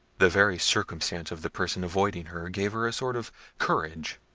the very circumstance of the person avoiding her gave her a sort of courage.